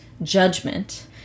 judgment